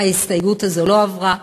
ההסתייגות הזאת לא עברה.